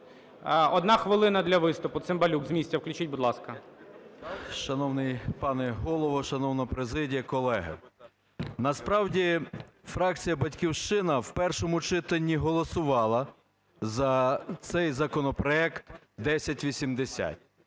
Одна хвилина для виступу, Цимбалюк, з місця включіть, будь ласка. 11:08:00 ЦИМБАЛЮК М.М. Шановний пане Голово, шановна президія, колеги! Насправді, фракція "Батьківщина" в першому читанні голосувала за цей законопроект 1080.